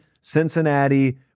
Cincinnati